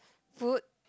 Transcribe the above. food